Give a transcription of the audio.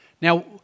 Now